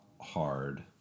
hard